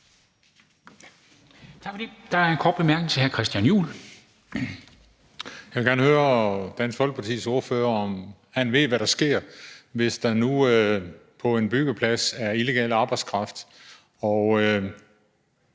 til hr. Christian Juhl. Kl. 14:03 Christian Juhl (EL): Jeg vil gerne høre Dansk Folkepartis ordfører, om han ved, hvad der sker, hvis der nu på en byggeplads er illegal arbejdskraft og